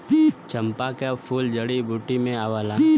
चंपा क फूल जड़ी बूटी में आवला